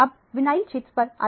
अब विनयल क्षेत्र पर आते हैं